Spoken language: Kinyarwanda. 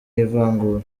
ivangura